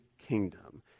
kingdom